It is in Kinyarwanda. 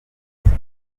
akazi